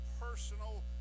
personal